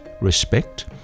respect